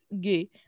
gay